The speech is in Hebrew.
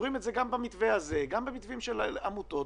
גם במתווה הזה, גם במתווה של העמותות.